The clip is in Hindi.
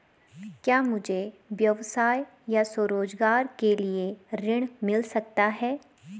क्या मुझे व्यवसाय या स्वरोज़गार के लिए ऋण मिल सकता है?